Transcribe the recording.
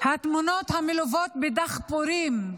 תמונות של דחפורים,